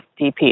DP